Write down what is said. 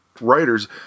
writers